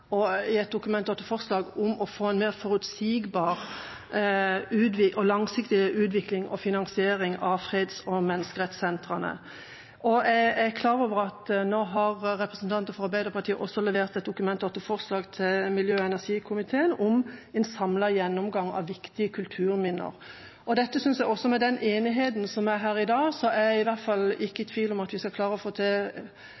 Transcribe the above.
i et Dokument 8-forslag om å få en mer forutsigbar og langsiktig utvikling og finansiering av freds- og menneskerettighetssentrene. Jeg er klar over at representanter fra Arbeiderpartiet nå har levert et Dokument 8-forslag til miljø- og energikomiteen om en samlet gjennomgang av viktige kulturminner, og med den enigheten som er her i dag, er jeg i hvert fall ikke i tvil om at vi skal klare å få til